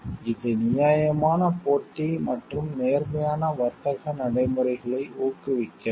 இது நியாயமான போட்டி மற்றும் நேர்மையான வர்த்தக நடைமுறைகளை ஊக்குவிக்கிறது